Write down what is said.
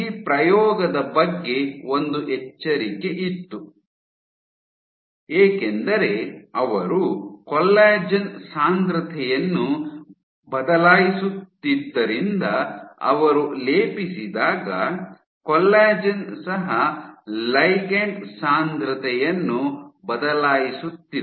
ಈ ಪ್ರಯೋಗದ ಬಗ್ಗೆ ಒಂದು ಎಚ್ಚರಿಕೆ ಇತ್ತು ಏಕೆಂದರೆ ಅವರು ಕೊಲ್ಲಾಜೆನ್ ಸಾಂದ್ರತೆಯನ್ನು ಬದಲಾಯಿಸುತ್ತಿದ್ದರಿಂದ ಅವರು ಲೇಪಿಸಿದಾಗ ಕೊಲ್ಲಾಜೆನ್ ಸಹ ಲಿಗಂಡ್ ಸಾಂದ್ರತೆಯನ್ನು ಬದಲಾಯಿಸುತ್ತಿದೆ